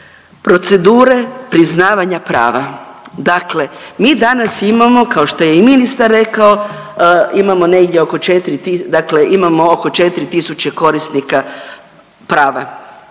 procedure priznavanja prava. Dakle, mi danas imamo kao što je i ministar rekao, imamo negdje oko 4,